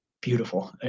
beautiful